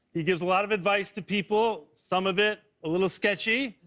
he gives a lot of advice to people. some of it a little sketchy.